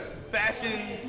fashion